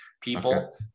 people